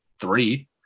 three